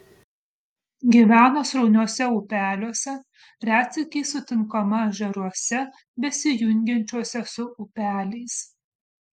gyvena srauniuose upeliuose retsykiais sutinkama ežeruose besijungiančiuose su upeliais